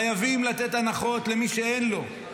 חייבים לתת הנחות למי שאין לו.